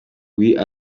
kubera